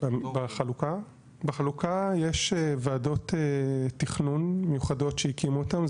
בחלוקה יש ועדות תכנון מיוחדות שהקימו אותן,